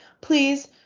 please